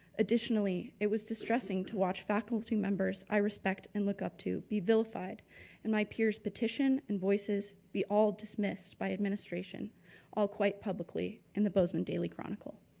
additionally, it was distressing to watch faculty members i respect and looked up to be vilified and my peers petition and voices be all dismissed by administration all quite publicly in the bozeman daily chronicle.